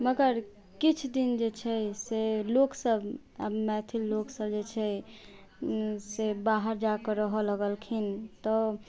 मगर किछु दिन जे छै से लोकसब मैथिली लोकसब जे छै से बाहर जाके रहऽ लगखिन तऽ